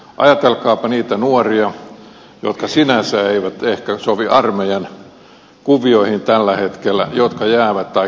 ajatelkaapa niitä nuoria jotka sinänsä eivät ehkä sovi armeijan kuvioihin tällä hetkellä jotka jäävät ulkopuolelle tai keskeyttävät varusmiespalvelun